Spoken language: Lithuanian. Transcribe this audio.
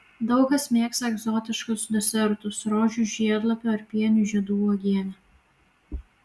daug kas mėgsta egzotiškus desertus rožių žiedlapių ar pienių žiedų uogienę